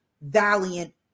valiant